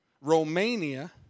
Romania